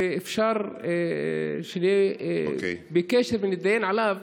ואפשר שנהיה בקשר ונתדיין עליו.